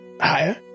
Higher